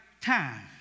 time